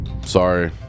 Sorry